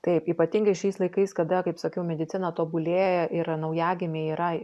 taip ypatingai šiais laikais kada kaip sakiau medicina tobulėja ir naujagimiai yra